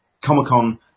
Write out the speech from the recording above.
Comic-Con